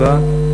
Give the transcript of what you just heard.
אבא,